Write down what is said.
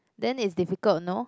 then it's difficult no